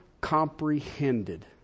comprehended